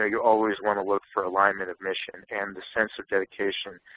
ah you always want to look for alignment of mission and the sense of dedication